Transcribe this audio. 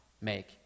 make